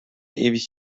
ewig